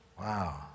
Wow